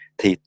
Thì